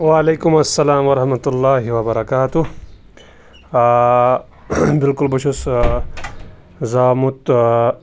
وعلیکُم اَسَلام ورحمتُہ اللہِ وبرکاتہ بلکل بہٕ چھُس زامُت